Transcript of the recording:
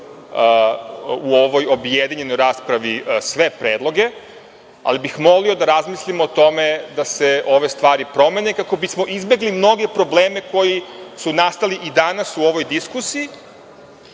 u ovoj objedinjenoj raspravi sve predloge, ali bih molio da razmislimo o tome da se ove stvari promene, kako bismo izbegli mnoge probleme koji su nastali i danas u ovoj diskusiji,